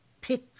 pick